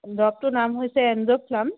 দৰৱটোৰ নাম হৈছে এণ্ডছফ্লান